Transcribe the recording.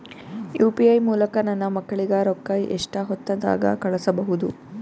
UPI ಮೂಲಕ ನನ್ನ ಮಕ್ಕಳಿಗ ರೊಕ್ಕ ಎಷ್ಟ ಹೊತ್ತದಾಗ ಕಳಸಬಹುದು?